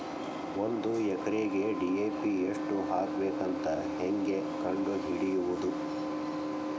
ಒಂದು ಎಕರೆಗೆ ಡಿ.ಎ.ಪಿ ಎಷ್ಟು ಹಾಕಬೇಕಂತ ಹೆಂಗೆ ಕಂಡು ಹಿಡಿಯುವುದು?